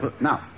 Now